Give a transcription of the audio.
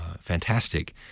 fantastic